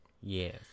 yes